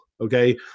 Okay